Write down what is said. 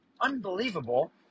Unbelievable